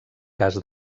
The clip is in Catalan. cas